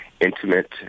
intimate